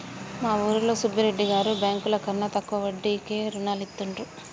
మా ఊరిలో సుబ్బిరెడ్డి గారు బ్యేంకుల కన్నా తక్కువ వడ్డీకే రుణాలనిత్తండ్రు